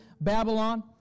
Babylon